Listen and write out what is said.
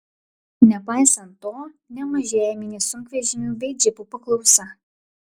nepaisant to nemažėja mini sunkvežimių bei džipų paklausa